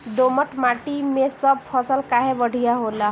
दोमट माटी मै सब फसल काहे बढ़िया होला?